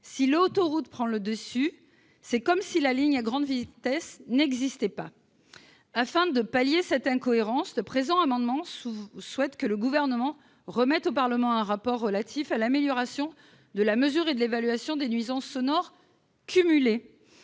Si l'autoroute prend le dessus, c'est comme si la ligne à grande vitesse n'existait pas ! Afin de pallier cette incohérence, le présent amendement vise à demander au Gouvernement de remettre au Parlement un rapport relatif à l'amélioration de la mesure et de l'évaluation des nuisances sonores cumulées